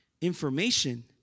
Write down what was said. Information